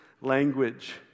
language